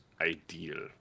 ideal